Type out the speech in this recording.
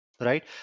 Right